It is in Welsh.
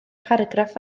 pharagraff